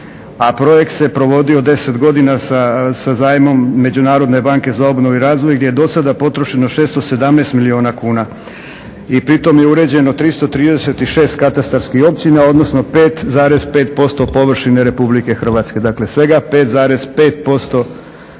a projekt se providio 10 godina sa zajmom Međunarodne banke za obnovu i razvoj gdje je do sada potrošeno 617 milijuna kuna i pri tome je uređeno 336 katastarskih općina odnosno 5,5% površine RH. dakle svega 5,5% površine